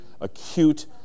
acute